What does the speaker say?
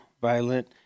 violent